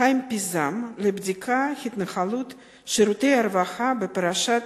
חיים פיזם לבדיקת התנהלות שירותי הרווחה בפרשת